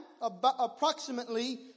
...approximately